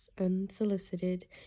unsolicited